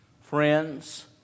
friends